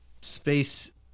space